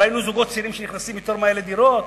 ראינו זוגות צעירים שנכנסים יותר מהר לדירות?